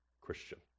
Christian